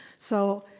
so,